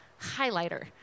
highlighter